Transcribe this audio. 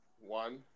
One